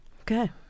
Okay